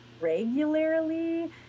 regularly